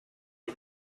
you